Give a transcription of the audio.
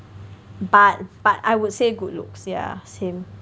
but but I would say good looks yeah same